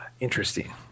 Interesting